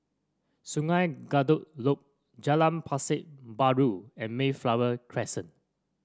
Sungei Kadut Loop Jalan Pasar Baru and Mayflower Crescent